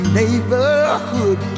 neighborhood